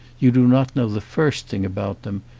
you do not know the first thing about them,